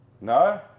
No